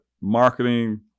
marketing